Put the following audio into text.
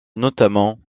notamment